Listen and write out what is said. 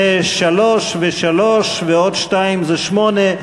זה שלוש ושלוש ועוד שתיים, זה שמונה.